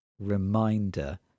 reminder